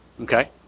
Okay